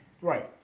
Right